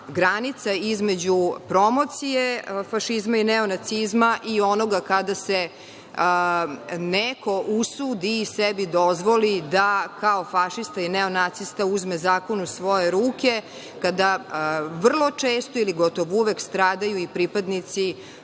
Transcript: između promocije fašizma i neonacizma i onoga kada se neko usudi, i sebi dozvoli da kao fašista i neonacista uzme zakon u svoje ruke, kada vrlo često ili gotovo uvek stradaju i pripadnici